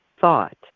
thought